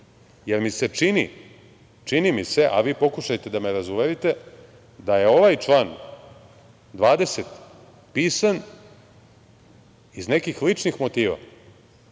jer mi se čini, čini mi se, a vi pokušajte da me razuverite, da je ovaj član 20. pisan iz nekih ličnih motiva.